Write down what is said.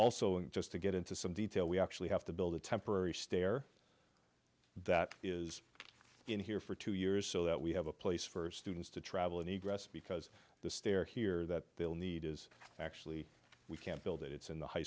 o just to get into some detail we actually have to build a temporary stair that is in here for two years so that we have a place for students to travel and rest because the stair here that they'll need is actually we can't build it it's in the high